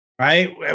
right